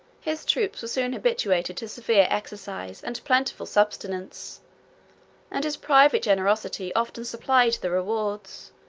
his troops were soon habituated to severe exercise and plentiful subsistence and his private generosity often supplied the rewards,